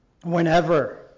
whenever